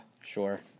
Sure